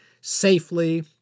safely